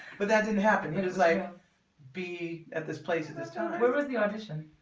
but that didn't happen it is like be at this place at this time. where was the audition?